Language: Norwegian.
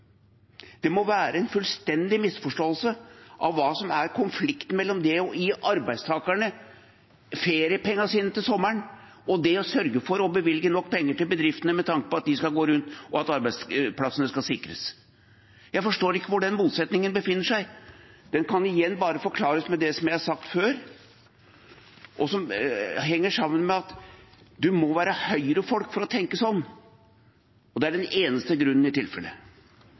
det må være en fullstendig misforståelse – og hva som er konflikten mellom det å gi arbeidstakerne feriepengene sine til sommeren og det å sørge for å bevilge nok penger til bedriftene med tanke på at de skal gå rundt, og at arbeidsplassene skal sikres. Jeg forstår ikke hvor den motsetningen befinner seg. Den kan igjen bare forklares med det jeg har sagt før, og som henger sammen med at en må være høyrefolk for å tenke sånn. Det er den eneste grunnen, i